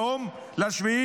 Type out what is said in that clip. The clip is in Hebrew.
היום,